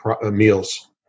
meals